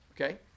okay